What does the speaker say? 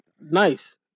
nice